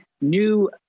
new